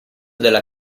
della